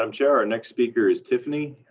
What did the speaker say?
um yeah next speaker is tiffany.